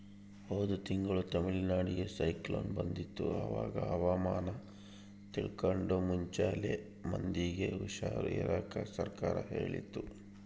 ಹೋದ ತಿಂಗಳು ತಮಿಳುನಾಡಿಗೆ ಸೈಕ್ಲೋನ್ ಬಂದಿತ್ತು, ಅವಾಗ ಹವಾಮಾನ ತಿಳ್ಕಂಡು ಮುಂಚೆಲೆ ಮಂದಿಗೆ ಹುಷಾರ್ ಇರಾಕ ಸರ್ಕಾರ ಹೇಳಿತ್ತು